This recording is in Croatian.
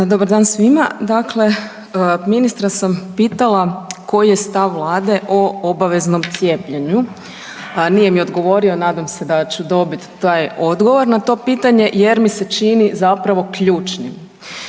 Dobar dan svima. Dakle, ministra sam pitala koji je stav Vlade o obaveznom cijepljenju. Nije mi odgovorio, nadam se da ću dobit taj odgovor na to pitanje jer mi se čini zapravo ključnim.